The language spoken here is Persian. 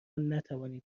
نتوانید